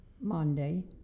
Monday